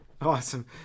Awesome